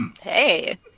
Hey